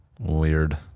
Weird